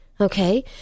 Okay